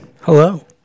hello